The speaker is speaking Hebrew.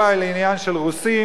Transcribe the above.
לא על העניין של רוסים,